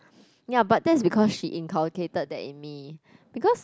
ya but that's because she inculcated that in me because